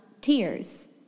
tears